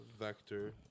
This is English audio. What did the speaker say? Vector